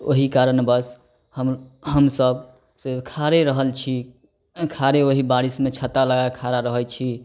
ओहि कारणवश हम हमसभ से खाड़े रहल छी खाड़े ओहि बारिशमे छाता लगाकऽ खड़ा रहै छी